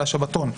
על השבתון,